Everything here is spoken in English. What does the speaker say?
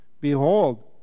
Behold